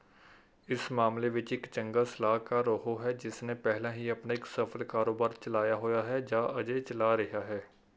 ਇਸ ਮਾਮਲੇ ਵਿੱਚ ਇੱਕ ਚੰਗਾ ਸਲਾਹਕਾਰ ਉਹ ਹੈ ਜਿਸ ਨੇ ਪਹਿਲਾਂ ਹੀ ਆਪਣਾ ਇੱਕ ਸਫ਼ਲ ਕਾਰੋਬਾਰ ਚਲਾਇਆ ਹੋਇਆ ਹੈ ਜਾਂ ਅਜੇ ਚਲਾ ਰਿਹਾ ਹੈ